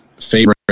Favorite